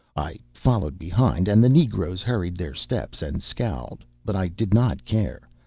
i followed behind, and the negroes hurried their steps and scowled. but i did not care.